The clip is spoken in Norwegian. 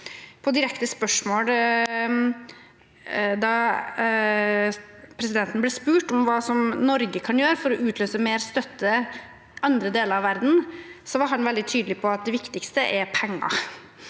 støtte er stort. Da presidenten ble spurt om hva Norge kan gjøre for å utløse mer støtte i andre deler av verden, var han veldig tydelig på at det viktigste er penger.